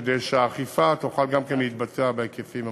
כדי שהאכיפה תוכל להתבצע בהיקפים המתאימים.